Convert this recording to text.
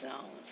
zones